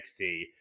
NXT